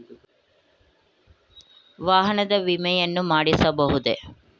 ವಾಹನದ ವಿಮೆಯನ್ನು ಮಾಡಿಸಬಹುದೇ?